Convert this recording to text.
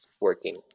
working